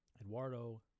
Eduardo